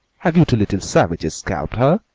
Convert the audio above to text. have you two little savages scalped her?